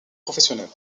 professionnels